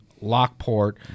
Lockport